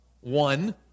One